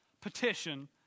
petition